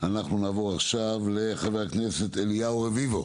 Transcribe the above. אנחנו נעבור עכשיו לחבר הכנסת אליהו רביבו.